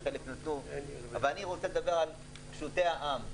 אני רוצה לדבר על פשוטי העם.